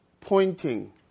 pointing